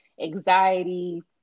anxiety